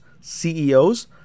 CEOs